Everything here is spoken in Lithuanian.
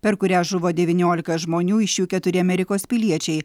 per kurią žuvo devyniolika žmonių iš jų keturi amerikos piliečiai